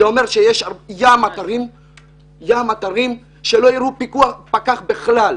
זה אומר שיש ים אתרים שלא יראו פקח בכלל.